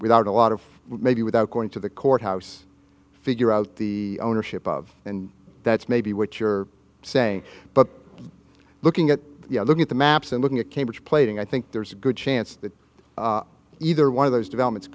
without a lot of maybe without going to the courthouse figure out the ownership of and that's maybe what you're saying but looking at looking at the maps and looking at cambridge plating i think there's a good chance that either one of those developments